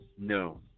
No